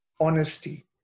honesty